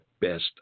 best